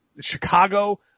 Chicago